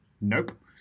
Nope